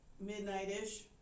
midnight-ish